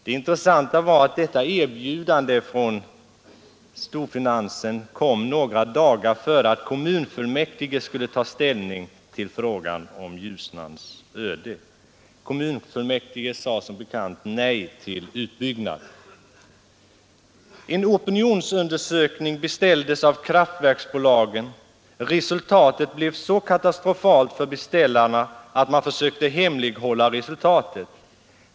Det intressanta var att detta erbjudande från storfinansen kom några dagar innan kommunfullmäktige skulle ta ställning till frågan om Ljusnans öde. Kommunfullmäktige sade som bekant nej till utbyggnad. En opinionsundersökning beställdes av kraftverksbolagen. Resultatet blev så katastrofalt för beställarna att de försökte hemlighålla det.